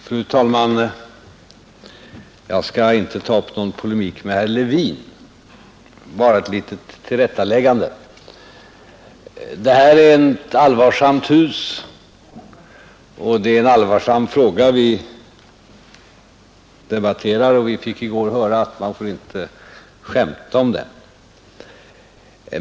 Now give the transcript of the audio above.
Fru talman! Jag skall inte ta upp någon polemik med herr Levin, bara göra ett litet tillrättaläggande. Det här är ett allvarsamt hus. Det är en allvarlig fråga vi debatterar, och vi fick i går höra att man inte bör skämta om den.